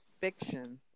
fiction